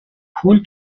پول